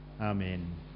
Amen